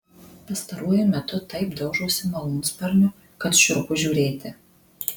pastaruoju metu taip daužosi malūnsparniu kad šiurpu žiūrėti